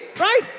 right